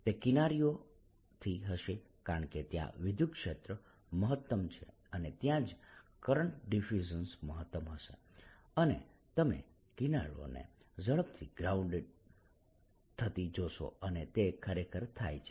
તે કિનારીઓથી હશે કારણ કે ત્યાં વિદ્યુતક્ષેત્ર મહત્તમ છે અને ત્યાં જ કરંટનું ડિફ્યુઝન મહત્તમ હશે અને તમે કિનારીઓને ઝડપથી ગ્રાઉન્ડ થતી જોશો અને તે ખરેખર થાય છે